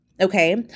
Okay